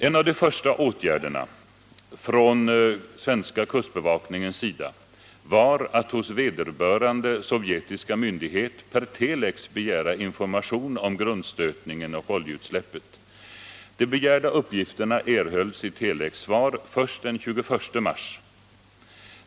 En av de första åtgärderna från svenska kustbevakningens sida var att hos vederbörande sovjetiska myndighet per telex begära information om grundstötningen och oljeutsläppet. De begärda uppgifterna erhölls i telexsvar först den 21 mars.